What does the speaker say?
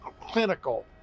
clinical